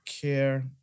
care